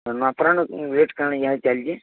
rate କ'ଣ କେତେ ଚାଲିଛି